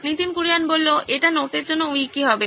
নীতিন কুরিয়ান এটা নোটের জন্য উইকি হবে